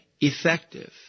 effective